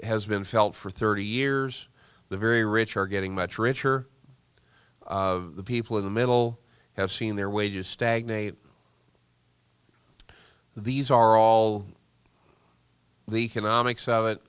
has been felt for thirty years the very rich are getting much richer the people in the middle have seen their wages stagnate these are all the economics of